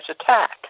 attack